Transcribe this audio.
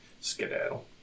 skedaddle